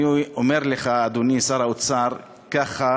אני אומר לך, אדוני שר האוצר: ככה